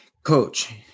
Coach